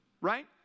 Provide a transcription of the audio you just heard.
right